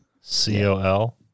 C-O-L